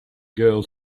girl